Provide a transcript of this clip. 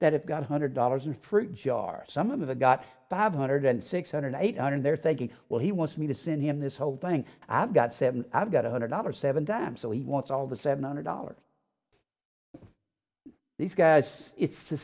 it got a hundred dollars in fruit jar some of the got five hundred and six hundred eight hundred there thinking well he wants me to send him this whole thing i've got seven i've got a hundred dollar seventy m so he wants all the seven hundred dollars these guys it's the